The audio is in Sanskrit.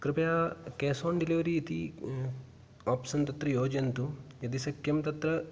कृपया केश् आन् डिलिवरी इति आप्शन् तत्र योजयन्तु यदि शक्यं तत्र